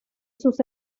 sus